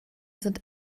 sind